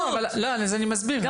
אני מסביר,